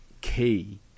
key